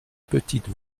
petite